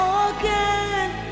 again